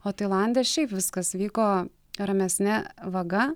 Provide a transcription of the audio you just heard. o tailande šiaip viskas vyko ramesne vaga